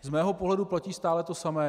Z mého pohledu platí stále to samé.